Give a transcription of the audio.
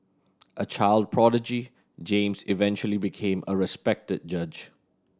a child prodigy James eventually became a respected judge